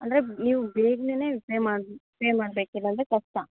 ಅಂದರೆ ನೀವು ಬೇಗ್ನೇ ಪೇ ಮಾಡಬೇ ಪೇ ಮಾಡಬೇಕು ಇಲ್ಲಾಂದರೆ ಕಷ್ಟ